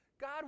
God